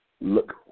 look